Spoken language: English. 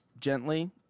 gently